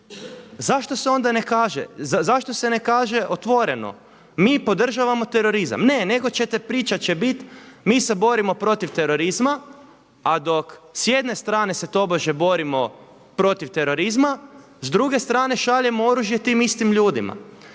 Zašto se ne kaže otvoreno mi podržavamo terorizam? Ne nego ćete, priča će biti mi se borimo protiv terorizma, a dok s jedne strane se tobože borimo protiv terorizma, s druge strane šaljemo oružje tim istim ljudima.